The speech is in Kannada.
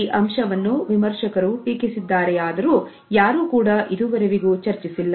ಈ ಅಂಶವನ್ನು ವಿಮರ್ಶಕರು ಟೀಕಿಸಿದ್ದಾರೆಯಾದರೂ ಯಾರು ಕೂಡ ಇದುವರೆವಿಗೂ ಚರ್ಚಿಸಿಲ್ಲ